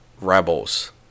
Rebels